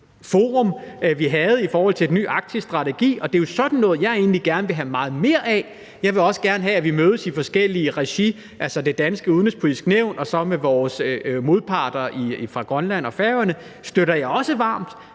forum, der var, og det er jo sådan noget, jeg egentlig gerne vil have meget mere af. Jeg vil også gerne have, at vi mødes i forskellige fora, altså i Udenrigspolitisk Nævn og så med vores modparter fra Grønland og Færøerne. Det støtter jeg også varmt